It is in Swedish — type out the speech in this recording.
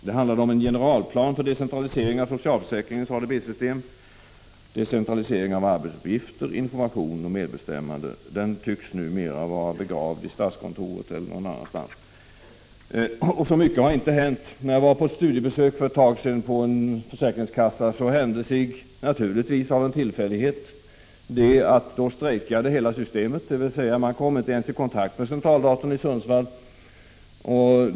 Det handlade om en generalplan för decentralisering av socialförsäkringens ADB-system, decentralisering av arbetsuppgifter, information och medbestämmande. Den tycks numera vara begravd i statskontoret eller någon annanstans. Så mycket har nu inte hänt. När jag för ett tag sedan var på ett studiebesök på en försäkringskassa, hände sig — naturligtvis av en tillfällighet — att hela systemet strejkade, dvs. man kom inte ens i kontakt med den centrala datorn i Sundsvall.